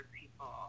people